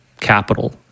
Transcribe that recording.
capital